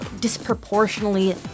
disproportionately